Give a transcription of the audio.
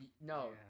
No